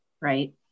right